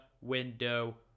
window